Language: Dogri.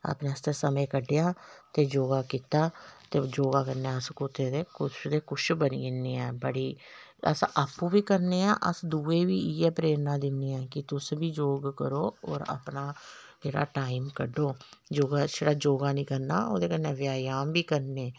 अपने आस्तै समें कड्डेआ ते योगा कीता ते योगा कन्नै अस कुतै दे कुछ दे कुछ बनी जन्ने आं बड़ी अस आपूं बी करने आं अस दूऐ गी बी इ'यै प्रेरणा दिन्ने आं कि तुस बी योग करो और अपना जेह्ड़ा टाइम कड्डो योगा छड़ा योगा नेईं करना ओह्दे कन्नै ब्यायाम बी करने